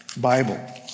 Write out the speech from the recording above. Bible